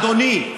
אדוני.